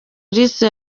kristo